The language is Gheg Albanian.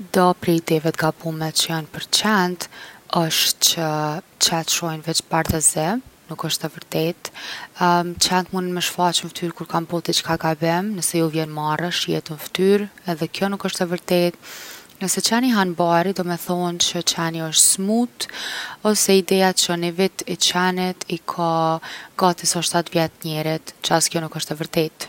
Do prej ideve t’gabume që jon për qent osht që qent shohin veq bardhë e zi, nuk osht e vërtet’. qent munen me shfaq n’ftyrë kur kan bo diçka gabim, nëse ju vjen marre shihet n’ftyrë, edhe kjo nuk osht e vërtet’. Nëse qeni han bari domethon që qeni osht smut. Ose ideja qe 1 vit i qenit i ka gati sa 7 vjet t’njerit, që as kjo nuk osht e vërtetë.